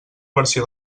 versió